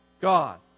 God